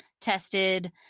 tested